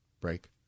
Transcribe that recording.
Break